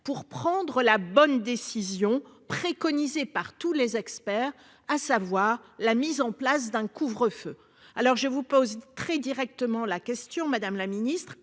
pour prendre la bonne décision préconisée par tous les experts, à savoir la mise en place d'un couvre-feu. Alors je vous pose très directement la question Madame la Ministre